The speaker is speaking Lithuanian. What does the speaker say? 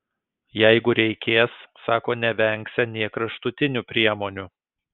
jeigu reikės sako nevengsią nė kraštutinių priemonių